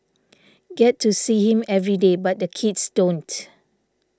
get to see him every day but the kids don't